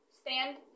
stand